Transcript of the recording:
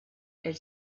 elle